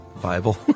Bible